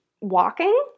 walking